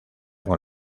con